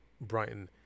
Brighton